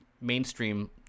mainstream